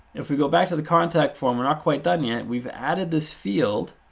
if we go back to the contact form, we're not quite done yet. we've added this field,